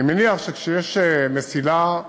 ואני מניח שכשיש מסילה,